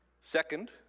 Second